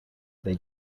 they